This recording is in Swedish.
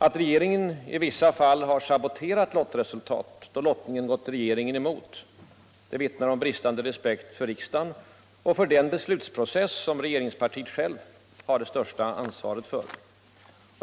Att regeringen i vissa fall har saboterat lottresultatet, då lottningen gått regeringen emot, vittnar om bristande respekt för riksdagen och för den beslutsprocess som regeringspartiet självt har det största ansvaret för.